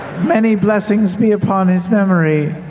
many blessings be upon his memory.